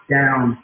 down